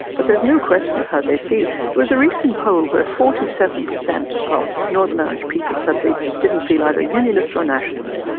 but there's no question of how they feel. there was a recent poll where forty seven percent of northern irish people said they didn't feel either unionist or nationalist.